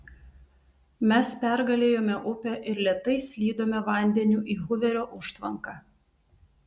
mes pergalėjome upę ir lėtai slydome vandeniu į huverio užtvanką